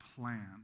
plan